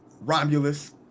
Romulus